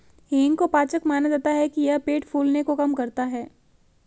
हींग को पाचक माना जाता है कि यह पेट फूलने को कम करता है